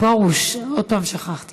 גברתי היושבת-ראש, חבריי חברי